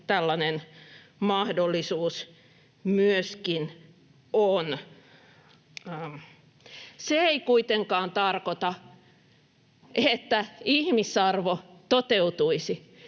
tällainen mahdollisuus myöskin on. Se ei kuitenkaan tarkoita, että ihmisarvo toteutuisi,